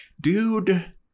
dude